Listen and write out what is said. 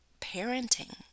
parenting